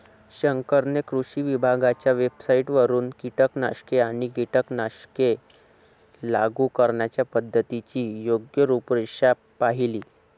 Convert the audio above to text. शंकरने कृषी विभागाच्या वेबसाइटवरून कीटकनाशके आणि कीटकनाशके लागू करण्याच्या पद्धतीची योग्य रूपरेषा पाहिली